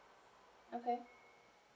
okay